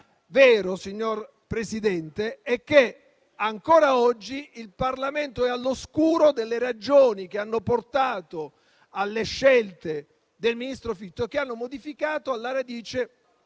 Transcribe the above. vero, signor Presidente, è che ancora oggi il Parlamento è all'oscuro delle ragioni che hanno portato alle scelte del ministro Fitto di modificare alla radice